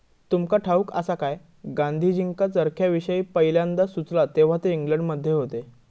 तुमका ठाऊक आसा काय, गांधीजींका चरख्याविषयी पयल्यांदा सुचला तेव्हा ते इंग्लंडमध्ये होते